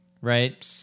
right